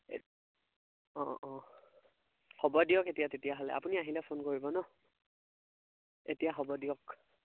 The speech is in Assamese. অঁ অঁ হ'ব দিয়ক এতিয়া তেতিয়াহ'লে আপুনি আহিলে ফোন কৰিব ন এতিয়া হ'ব দিয়ক